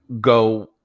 go